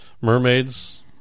mermaids